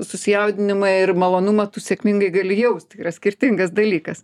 susijaudinimą ir malonumą tu sėkmingai gali jaust tai yra skirtingas dalykas